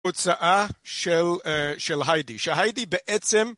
הוצאה של היידי, שהיידי בעצם